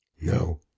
No